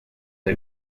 the